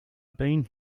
been